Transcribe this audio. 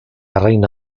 arrain